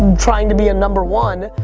trying to be a number one,